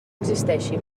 existeixi